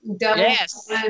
Yes